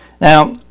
Now